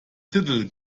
titel